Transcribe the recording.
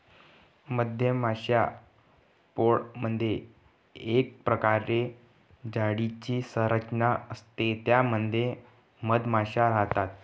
मधमाश्यांच्या पोळमधे एक प्रकारे जाळीची संरचना असते त्या मध्ये मधमाशा राहतात